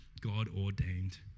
God-ordained